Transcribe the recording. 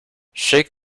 shake